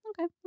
okay